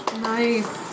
Nice